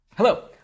Hello